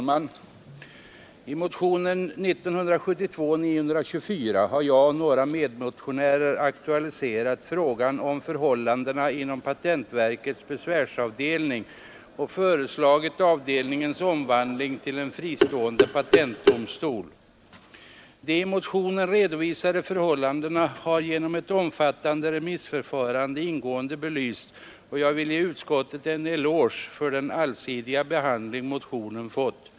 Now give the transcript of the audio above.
Herr talman! I motionen 924 har jag och några medmotionärer aktualiserat frågan om förhållandena inom patentverkets besvärsavdelning och föreslagit avdelningens omvandling till en fristående patentdomstol. De i motionen redovisade förhållandena har genom ett omfattande remissförfarande ingående belysts, och jag vill ge utskottet en eloge för den allsidiga behandling motionen fått.